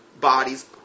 bodies